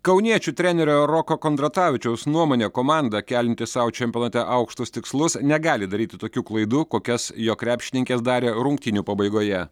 kauniečių trenerio roko kondratavičiaus nuomone komanda kelianti sau čempionate aukštus tikslus negali daryti tokių klaidų kokias jo krepšininkės darė rungtynių pabaigoje